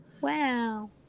Wow